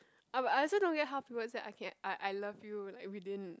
I'm but I also don't get how people say I can I I love you like within